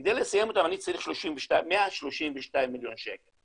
כדי לסיים אותם אני צריך 132 מיליון שקל.